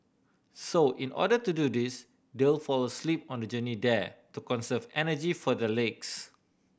so in order to do this they'll fall asleep on the journey there to conserve energy for the legs